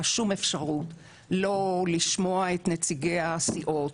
שום אפשרות לא לשמוע את נציגי הסיעות,